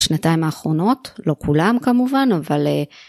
שנתיים האחרונות, לא כולם כמובן אבל...